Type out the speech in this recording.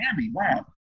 wow